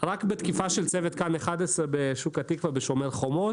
רק בתקיפה של צוות כאן 11 בשוק התקווה ב"שומר חומות"